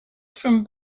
from